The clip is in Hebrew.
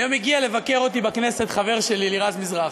היום הגיע לבקר אותי בכנסת חבר שלי, לירז מזרחי,